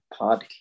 podcast